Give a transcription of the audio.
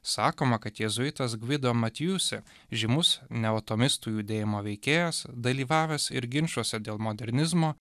sakoma kad jėzuitas gvido matjusi žymus nevatomistų judėjimo veikėjas dalyvavęs ir ginčuose dėl modernizmo